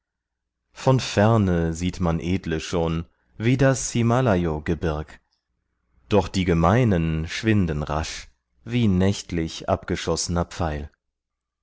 von ferne sieht man edle schon wie das himlayo gebirg doch die gemeinen schwinden rasch wie nächtlich abgeschoßner pfeil